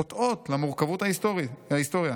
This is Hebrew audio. חוטאות למורכבות ההיסטוריה.